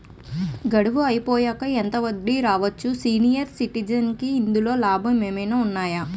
గడువు అయిపోయాక ఎంత వడ్డీ రావచ్చు? సీనియర్ సిటిజెన్ కి ఇందులో లాభాలు ఏమైనా ఉన్నాయా?